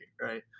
Right